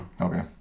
Okay